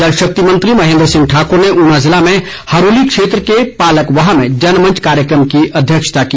जलशक्ति मंत्री महेन्द्र सिंह ठाकुर ने ऊना जिले में हरोली क्षेत्र के पालकवाह में जनमंच कार्यक्रम की अध्यक्षता की